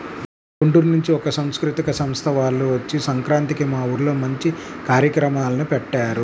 గుంటూరు నుంచి ఒక సాంస్కృతిక సంస్థ వాల్లు వచ్చి సంక్రాంతికి మా ఊర్లో మంచి కార్యక్రమాల్ని పెట్టారు